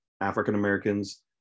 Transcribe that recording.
African-Americans